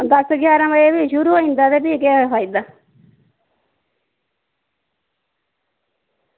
दस्स जारहां बजे भी शुरू होई जंदा ते भी केह् फायदा